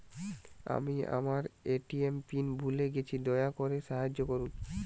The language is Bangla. আমি আমার এ.টি.এম পিন ভুলে গেছি, দয়া করে সাহায্য করুন